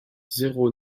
zéro